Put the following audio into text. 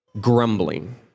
grumbling